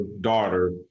daughter